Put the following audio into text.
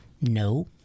no